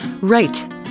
Right